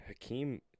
Hakeem